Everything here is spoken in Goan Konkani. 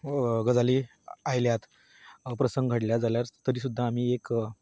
गजाली आयल्यात वा प्रसंग घडल्यात जाल्यार तरी सुद्दां आमी एक